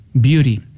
beauty